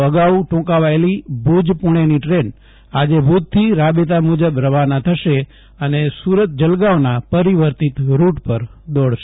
તો અગાઉ ટુંકાવાયેલી ભુજ પુણેની ટ્રેન આજે ભુજથી રાબેતા મુજબ રવાના થશે અને સુરત જલગાંવના પરિવર્તિત રૂટ પર દોડશે